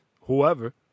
whoever